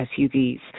SUVs